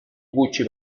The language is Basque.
gutxi